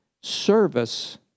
service